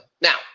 Now